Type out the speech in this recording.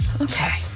Okay